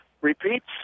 repeats